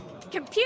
computer